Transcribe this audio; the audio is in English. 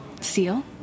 seal